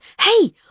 Hey